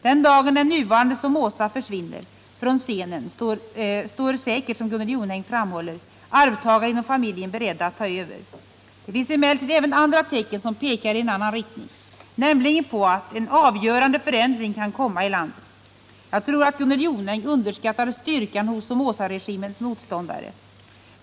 Den dagen den nuvarande Somoza försvinner från scenen står säkert, som Gunnel Jonäng framhåller, arvtagare inom familjen beredda att ta över. Det finns emellertid även andra tecken som pekar i annan riktning, nämligen på att en avgörande förändring kan komma i landet. Jag tror att Gunnel Jonäng underskattar styrkan hos Somozaregimens motståndare.